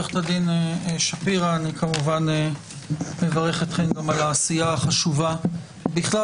אני כמובן מברך אתכם על העשייה החשובה בכלל